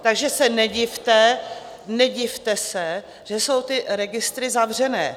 Takže se nedivte, nedivte se, že jsou ty registry zavřené.